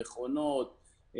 מכונות,